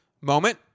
moment